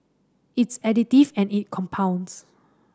it's additive and it compounds